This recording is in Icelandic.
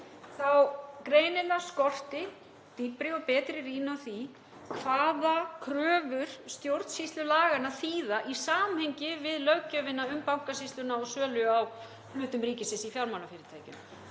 greinilega dýpri og betri rýni á því hvað kröfur stjórnsýslulaganna þýða í samhengi við löggjöfina um Bankasýsluna og sölu á hlutum ríkisins í fjármálafyrirtækjum.